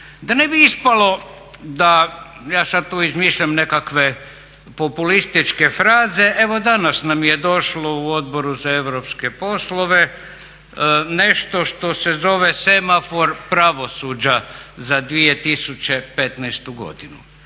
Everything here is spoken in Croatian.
Da ne bi ispalo da ja sad tu izmišljam nekakve populističke fraze evo danas nam je došlo u Odboru za europske poslove nešto što se zove semafor pravosuđa za 2015. godinu